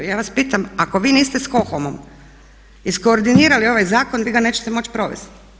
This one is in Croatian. Ja vas pitam ako vi niste sa KOHOM-om iskordinirali ovaj zakon vi ga nećete moći provesti.